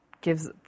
gives